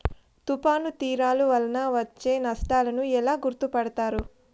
తుఫాను తీరాలు వలన వచ్చే నష్టాలను ఎలా గుర్తుపడతారు?